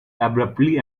abruptly